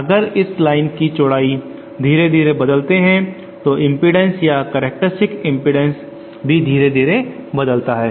अगर इस लाइन की चौड़ाई धीरे धीरे बदलते हैं तो इम्पीडन्स या करैक्टरस्टिक इम्पीडन्स भी धीरे धीरे बदलता है